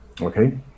Okay